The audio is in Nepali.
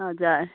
हजुर